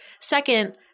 Second